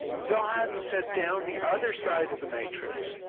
and bill haddon said, down the other side of the matrix,